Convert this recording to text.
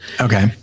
Okay